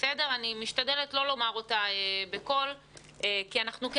אני משתדלת לא לומר אותה בקול כי אנחנו כן